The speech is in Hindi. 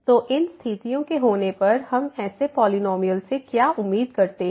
तो इन स्थितियों के होने पर हम ऐसे पॉलिनॉमियल से क्या उम्मीद करते हैं